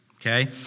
Okay